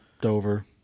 Dover